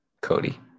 Cody